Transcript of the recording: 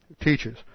teaches